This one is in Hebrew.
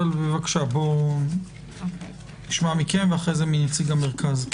בבקשה, נשמע מכם ואחר כך מנציג המרכז.